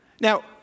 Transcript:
Now